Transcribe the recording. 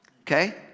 Okay